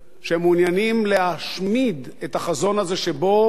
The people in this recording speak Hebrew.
להשמיד את החזון הזה שבו יהודים וערבים,